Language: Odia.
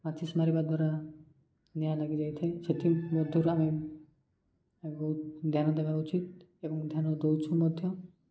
ମାଚିସ୍ ମାରିବା ଦ୍ୱାରା ନିଆଁ ଲାଗିଯାଇଥାଏ ସେଥିମଧ୍ୟରୁ ଆମେ ବହୁତ ଧ୍ୟାନ ଦେବା ଉଚିତ୍ ଏବଂ ଧ୍ୟାନ ଦଉଛୁ ମଧ୍ୟ